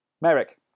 Merrick